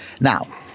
Now